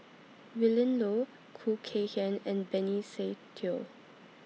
Willin Low Khoo Kay Hian and Benny Se Teo